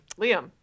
liam